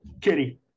Kitty